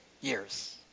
years